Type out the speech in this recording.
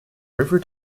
river